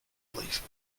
leave